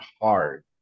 hard